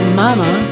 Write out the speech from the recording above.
mama